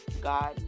God